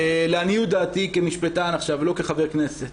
לעניות דעתי כמשפטן, לא כחבר כנסת,